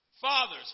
Fathers